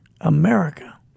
America